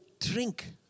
drink